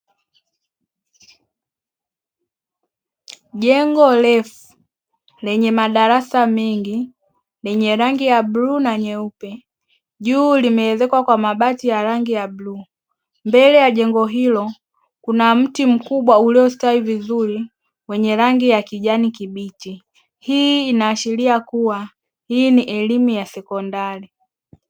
Jengo refu lenye madarasa mengi lenye rangi ya blue na nyeupe juu limeelezekwa kwa mabati ya rangi ya bluu, mbele ya jengo hilo kuna mti mkubwa uliostawi vizuri wenye rangi ya kijani kibichi hii inaashiria kuwa hii ni elimu ya sekondari.